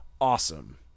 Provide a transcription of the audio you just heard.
awesome